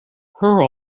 her